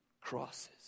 Crosses